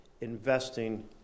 investing